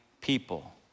people